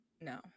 No